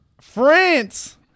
France